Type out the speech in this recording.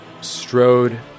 strode